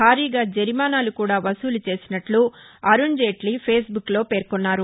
భారీగా జరిమానాలు కూడా వసూలు చేసినట్లు అరుణ్జైట్లీ ఫేస్బుక్లో పేర్కొన్నారు